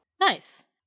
Nice